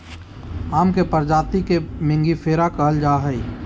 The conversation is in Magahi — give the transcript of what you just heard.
आम के प्रजाति के मेंगीफेरा कहल जाय हइ